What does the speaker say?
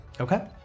Okay